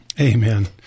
Amen